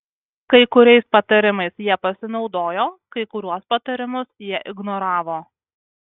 kai kuriais patarimais jie pasinaudojo kai kuriuos patarimus jie ignoravo